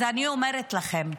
אז אני אומרת לכם,